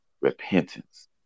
repentance